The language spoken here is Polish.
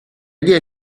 nie